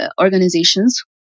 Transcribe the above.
organizations